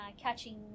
Catching